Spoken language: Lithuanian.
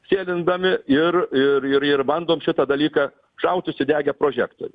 sėlindami ir ir ir ir bandom šitą dalyką šaut užsidegę prožektorių